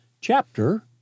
Chapter